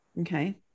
Okay